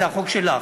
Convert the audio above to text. זה החוק שלך.